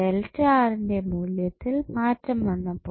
ന്റെ മൂല്യത്തിൽ മാറ്റം വന്നപ്പോൾ